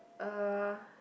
uh